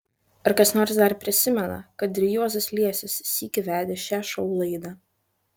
ar kas nors dar prisimena kad ir juozas liesis sykį vedė šią šou laidą